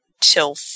till